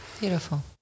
Beautiful